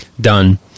done